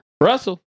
Russell